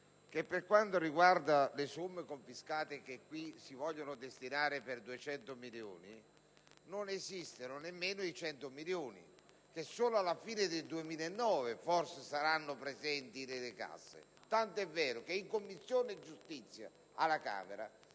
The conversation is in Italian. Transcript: per quanto riguarda le somme confiscate che si vogliono destinare per 200 milioni, che non esistono nemmeno i 100 milioni, che solo alla fine del 2009 forse saranno presenti nelle casse. Tant'è vero che in Commissione giustizia alla Camera